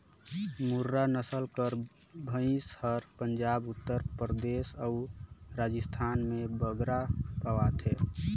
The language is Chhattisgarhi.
मुर्रा नसल कर भंइस हर पंजाब, उत्तर परदेस अउ राजिस्थान में बगरा पवाथे